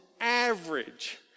average